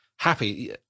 happy